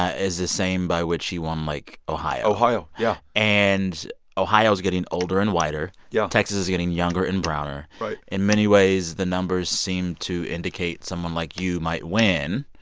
ah is the same by which he won, like, ohio ohio, yeah and ohio is getting older and whiter yeah texas is getting younger and browner right in many ways, the numbers seem to indicate someone like you might win.